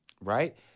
right